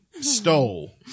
stole